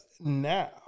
now